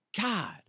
God